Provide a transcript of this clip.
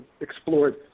explored